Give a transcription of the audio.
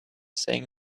saying